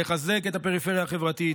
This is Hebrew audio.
לחזק את הפריפריה החברתית,